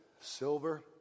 silver